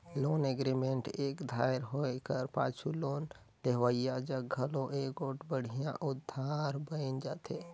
loan agreement एक धाएर होए कर पाछू लोन लेहोइया जग घलो एगोट बड़िहा अधार बइन जाथे